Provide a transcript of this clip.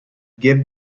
give